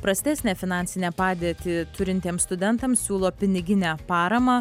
prastesnę finansinę padėtį turintiems studentams siūlo piniginę paramą